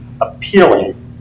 appealing